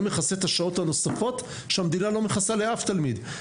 זה מכסה את השעות הנוספות שהמדינה לא מכסה לאף תלמיד.